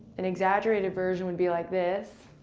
an exaggerated version would be like this,